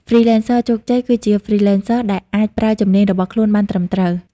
Freelancers ជោគជ័យ គឺជា Freelancers ដែលអាចប្រើជំនាញរបស់ខ្លួនបានត្រឹមត្រូវ។